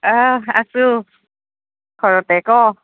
অঁ আছোঁ ঘৰতে ক